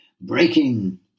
Breaking